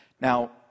Now